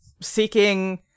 seeking